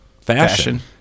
Fashion